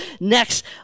next